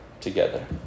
together